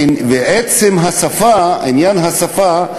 עצם השפה, עניין השפה,